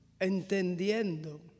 Entendiendo